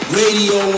radio